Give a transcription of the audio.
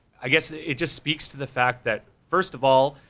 i guess it just speaks to the fact that first of all,